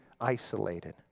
isolated